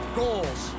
goals